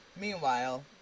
Meanwhile